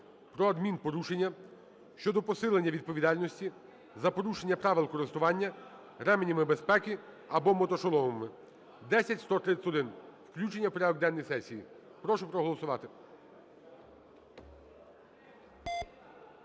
про адмінпорушення (щодо посилення відповідальності за порушення правил користування ременями безпеки або мотошоломами) (10131). Включення в порядок денний сесії. Прошу проголосувати.